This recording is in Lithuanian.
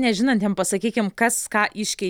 nežinantiem pasakykim kas ką iškei